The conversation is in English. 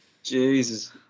Jesus